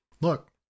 Look